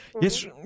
Yes